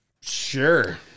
Sure